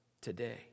today